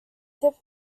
tip